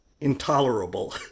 intolerable